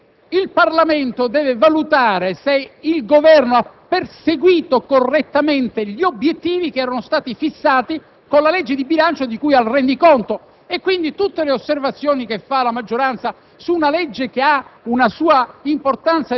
La valutazione di tipo politico sta nel fatto che il Parlamento deve valutare se il Governo ha perseguito correttamente gli obiettivi che erano stati fissati con la legge di bilancio di cui al rendiconto.